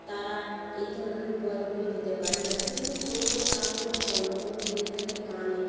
তারা এই ধরনের উপহারগুলো দিতে পারে না কিন্তু তবুও তার মধ্যে অন্যতম দিয়ে থাকে কানের